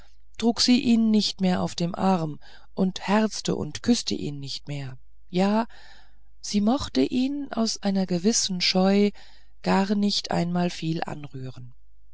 trug sie ihn nicht mehr auf dem arm und herzte und küßte ihn nicht mehr ja sie mochte ihn aus einer gewissen scheu gar nicht einmal viel anrühren